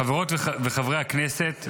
חברות וחברי הכנסת,